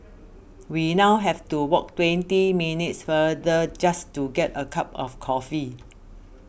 we now have to walk twenty minutes farther just to get a cup of coffee